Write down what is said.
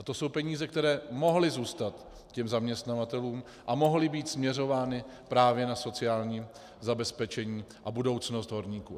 To jsou peníze, které mohly zůstat zaměstnavatelům a mohly být směřovány právě na sociální zabezpečení a budoucnost horníků.